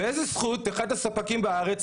באיזו זכות אחד הספקים בארץ,